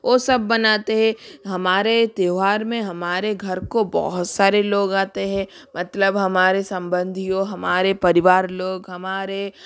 वह सब बनाते हैं हमारे त्योहार में हमारे घर को बहुत सारे लोग आते हैं मतलब हमारे सम्बन्धियों हमारे परिवार लोग हमारे